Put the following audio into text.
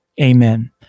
Amen